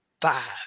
Five